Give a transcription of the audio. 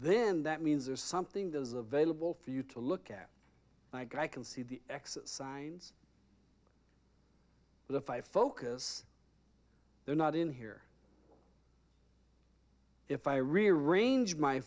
then that means there's something that is available for you to look at like i can see the exit signs the five focus there not in here if i rearrange my